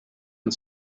and